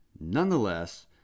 nonetheless